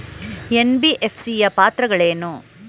NBFC ಯ ಪಾತ್ರಗಳೇನು?